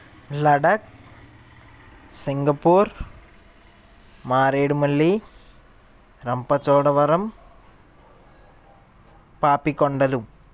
Ladakh Singapore Maredumilli Rampachodavaram Papikondalu